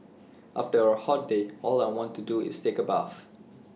after A hot day all I want to do is take A bath